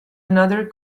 another